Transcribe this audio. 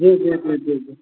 जी जी जी जी